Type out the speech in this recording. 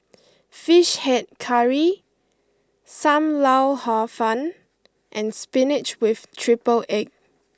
Fish Head Curry Sam Lau Hor Fun and Spinach with Triple Egg